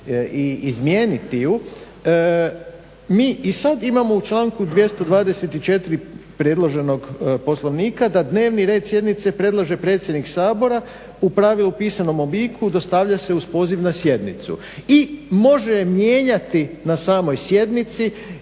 i izmijeniti ju, mi i sad imamo u članku 224. predloženog Poslovnika da dnevni red sjednice predlaže predsjednik Sabora u pravilu u pisanom obliku, dostavlja se uz poziv na sjednicu i može mijenjati na samoj sjednici